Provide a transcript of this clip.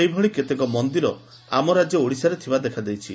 ସେହିଭଳି କେତେକ ମନ୍ଦିର ଆମ ରାକ୍ୟ ଓଡ଼ିଶାରେ ଥିବା ଦେଖାଦେଇଛି